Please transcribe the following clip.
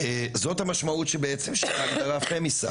וזאת המשמעות של ההגדרה פמיסייד.